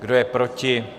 Kdo je proti?